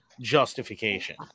justification